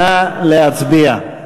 נא להצביע.